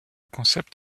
concept